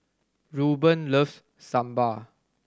Rueben loves Sambar